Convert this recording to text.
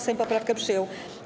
Sejm poprawkę przyjął.